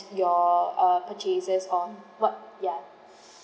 your err purchases on what yeah